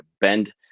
bend